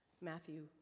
Matthew